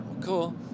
cool